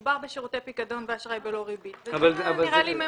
מדובר בשירותי פיקדון ואשראי בלא ריבית וזה נראה לי ממצה.